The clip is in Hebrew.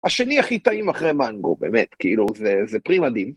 ‫השני הכי טעים אחרי מנגו, ‫באמת, כאילו, זה פרי מדהים.